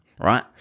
right